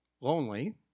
lonely